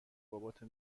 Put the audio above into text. باباتو